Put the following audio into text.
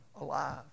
alive